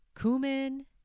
cumin